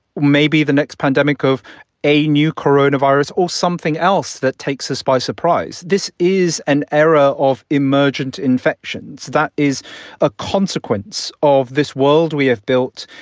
maybe the next pandemic of a new coronavirus or something else that takes us by surprise. this is an era of emergent infections that is a consequence of this world we have built,